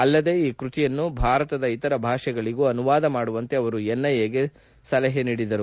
ಅಲ್ಲದೆ ಈ ಕೃತಿಯನ್ನು ಭಾರತದ ಇತರ ಭಾಷೆಗಳಿಗೂ ಅನುವಾದ ಮಾಡುವಂತೆ ಅವರು ಎನ್ಎಐಗೆ ಸೂಚಿಸಿದರು